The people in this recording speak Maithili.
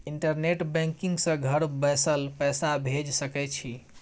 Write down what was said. इंटरनेट बैंकिग सँ घर बैसल पैसा भेज सकय छी